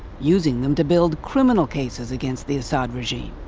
using them to build criminal cases against the assad regime.